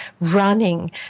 running